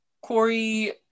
corey